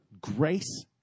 grace